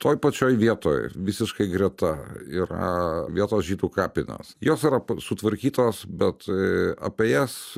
toj pačioj vietoj visiškai greta yra vietos žydų kapinės jos yra sutvarkytos bet apie jas